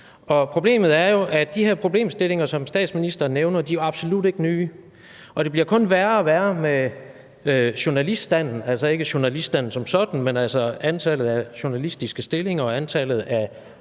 Problemet er jo, at de her problemstillinger, som statsministeren nævner, absolut ikke er nye, og det bliver kun værre og værre med journaliststanden, altså ikke journalisterne som sådan, men altså antallet af journalistiske stillinger og antallet af